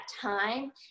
time